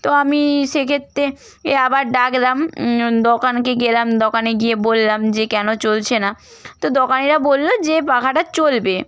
তো আমি সেক্ষেত্রে এ আবার ডাকলাম দোকানে গেলাম দোকানে গিয়ে বললাম যে কেন চলছে না তো দোকানীরা বললো যে পাখাটা চলবে